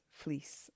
fleece